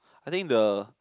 I think the